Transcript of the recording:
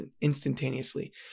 instantaneously